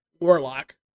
Warlock